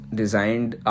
designed